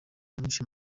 mwinshi